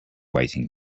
waiting